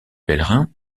pèlerins